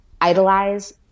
idolize